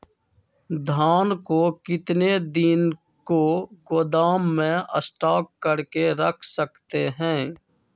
धान को कितने दिन को गोदाम में स्टॉक करके रख सकते हैँ?